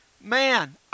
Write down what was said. Man